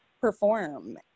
perform